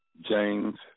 james